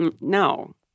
no